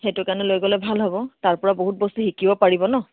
সেইটো কাৰণে লৈ গ'লে ভাল হ'ব তাৰ পৰা বহুত বস্তু শিকিব পাৰিব ন